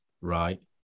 Right